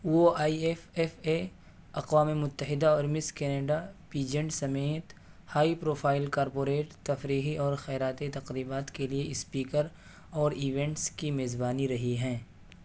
وہ I F F A اقوام متحدہ اور مس کینیڈا پیجنٹ سمیت ہائی پروفائل کارپوریٹ تفریحی اور خیراتی تقریبات کے لیے اسپیکر اور ایونٹس کی میزبانی رہی ہیں